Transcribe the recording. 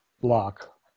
block